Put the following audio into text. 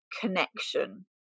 connection